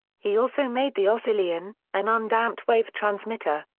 he also made the oscillion, an undamped wave transmitter.